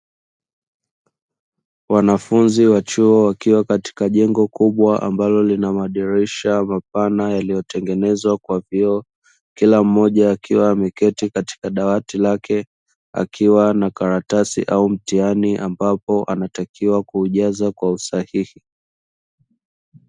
Wanafunzi wa chuo wakiwa katika jengo kubwa ambalo lina madirisha mapana yaliyotengenezwa kwa vioo, kila mmoja akiwa ameketi katika dawati lake, akiwa na karatasi au mtihani ambapo anatakiwa kuujaza kwa usahihi.